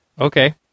Okay